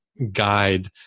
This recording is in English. guide